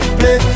play